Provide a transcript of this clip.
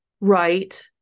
Right